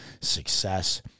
success